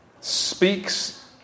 speaks